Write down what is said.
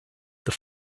that